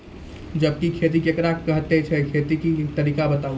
जैबिक खेती केकरा कहैत छै, खेतीक तरीका बताऊ?